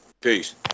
Peace